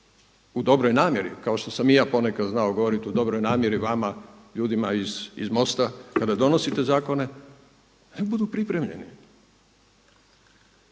u dobroj namjeri kao što sam i ja ponekad znao govoriti u dobroj namjeri vama ljudima iz Mosta kada donosite zakone neka budu pripremljeni.